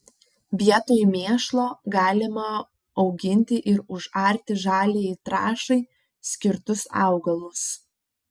vietoj mėšlo galima auginti ir užarti žaliajai trąšai skirtus augalus